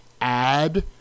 add